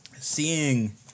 seeing